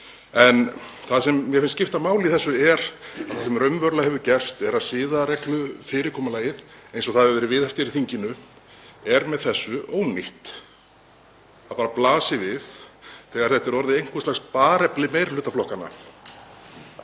Það sem mér finnst skipta máli í þessu er að það sem raunverulega hefur gerst er að siðareglufyrirkomulagið, eins og það hefur verið viðhaft hér í þinginu, er með þessu ónýtt. Það bara blasir við þegar þetta er orðið einhvers lags barefli meirihlutaflokkanna